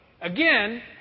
again